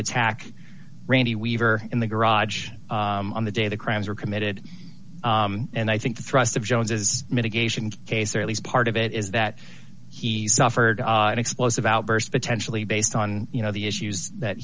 attack randy weaver in the garage on the day the crimes were committed and i think the thrust of jones's mitigation case or at least part of it is that he suffered an explosive outburst potentially based on you know the issues that